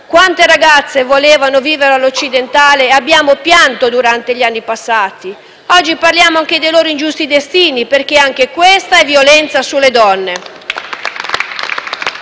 Quante ragazze che volevano vivere all'occidentale abbiamo pianto durante gli anni passati? Oggi parliamo anche dei loro ingiusti destini, perché anche questa è violenza sulle donne.